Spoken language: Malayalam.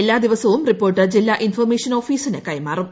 എല്ലാ ദിവസവും റിപ്പോർട്ട് ജില്ലാ ഇൻഫർമേഷൻ ഓഫീസിന് കൈമാറും